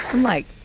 like,